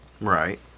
Right